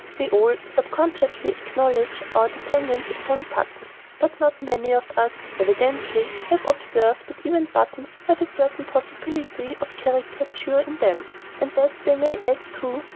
we all sub-consciously acknowledge our dependence upon buttons, but not many of us, evidently, have observed that even buttons have a certain possibility of caricature in them and that they may add to,